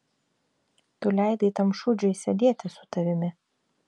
tu leidai tam šūdžiui sėdėti su tavimi